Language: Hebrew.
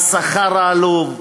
השכר העלוב,